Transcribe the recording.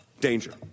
danger